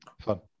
Fun